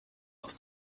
aus